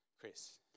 Chris